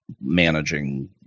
managing